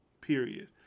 period